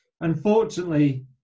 Unfortunately